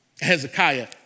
Hezekiah